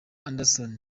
anderson